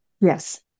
Yes